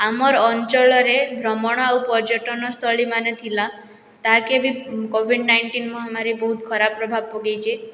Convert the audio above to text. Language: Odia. ଆମର୍ ଅଞ୍ଚଳରେ ଭ୍ରମଣ ଆଉ ପର୍ଯ୍ୟଟନସ୍ଥଳିମାନେ ଥିଲା ତାକେ ବି କୋଭିଡ଼୍ ନାଇଁଟିନ୍ ମହାମାରୀ ବହୁତ୍ ଖରାପ୍ ପ୍ରଭାବ୍ ପକାଇଛେ